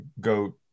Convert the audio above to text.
go